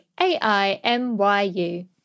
AIMYU